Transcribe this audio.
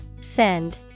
Send